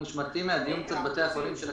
מושמטים קצת מהדיון בתי החולים של הכללית,